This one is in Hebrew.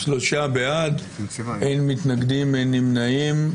שלושה בעד, אין מתנגדים, אין נמנעים,